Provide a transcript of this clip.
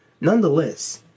nonetheless